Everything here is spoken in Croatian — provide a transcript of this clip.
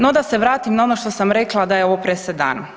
No, da se vratim na ono što sam rekla da je ovo presedan.